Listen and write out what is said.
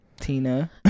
Tina